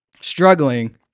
struggling